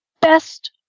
best